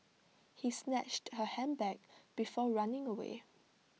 he snatched her handbag before running away